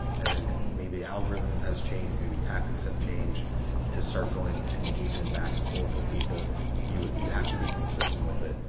and then maybe algorithm has changed, maybe tactics have changed, and to start going and engaging back and forth with people you you have to be consistent with it.